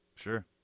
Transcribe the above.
sure